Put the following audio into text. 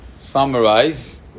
summarize